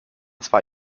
zwar